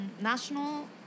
national